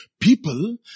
people